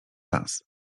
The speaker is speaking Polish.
las